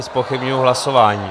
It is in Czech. Zpochybňuji hlasování.